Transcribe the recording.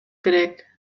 керек